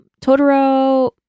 Totoro